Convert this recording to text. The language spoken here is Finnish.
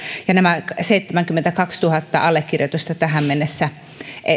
ja nämä seitsemänkymmentäkaksituhatta allekirjoitusta tähän mennessä